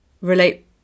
relate